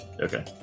Okay